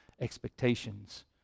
expectations